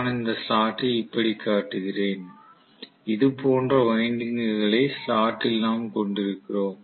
நான் இந்த ஸ்லாட்டை இப்படி காட்டுகிறேன் இது போன்ற வைண்டிங்குகளை ஸ்லாட்டில் நாம் கொண்டிருக்கிறோம்